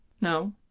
No